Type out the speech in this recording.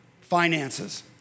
finances